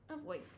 avoid